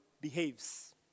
behaves